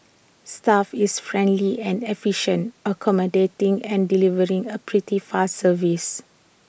staff is friendly and efficient accommodating and delivering A pretty fast service